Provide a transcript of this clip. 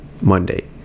Monday